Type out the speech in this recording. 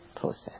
process